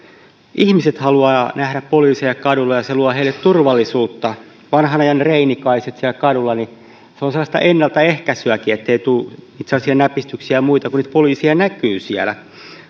ihmiset haluavat nähdä poliiseja kadulla ja se luo heille turvallisuutta vanhan ajan reinikaiset siellä kadulla se on sellaista ennaltaehkäisyäkin ettei tule näpistyksiä ja muita kun niitä poliiseja näkyy